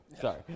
Sorry